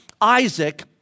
Isaac